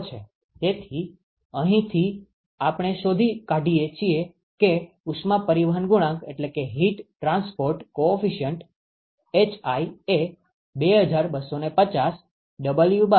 તેથી અહીંથી આપણે શોધી કાઢીએ છીએ કે ઉષ્મા પરિવહન ગુણાંક hi એ 2250 Wm2K છે